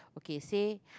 okay say